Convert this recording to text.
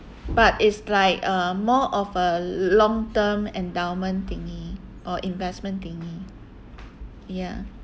but it's like uh more of a long-term endowment thingy or investment thingy ya